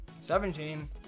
seventeen